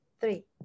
three